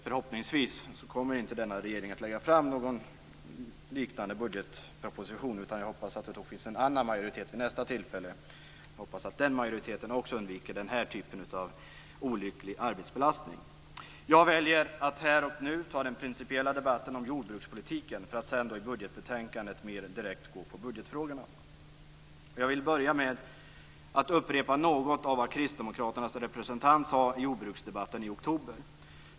Förhoppningsvis kommer inte denna regering att lägga fram någon liknande budgetproposition, utan det kommer att finnas en annan majoritet vid nästa tillfälle. Jag hoppas att den majoriteten också undviker den här typen av olycklig arbetsbelastning. Jag väljer att här och nu ta den principiella debatten om jordbrukspolitiken, för att sedan i fråga om budgetbetänkandet mer direkt gå på budgetfrågorna. Jag vill börja med att upprepa något av vad Kristdemokraternas representant sade i jordbruksdebatten i oktober.